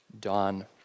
Dawn